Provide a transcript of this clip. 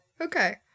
okay